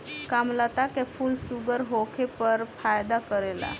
कामलता के फूल शुगर होखे पर फायदा करेला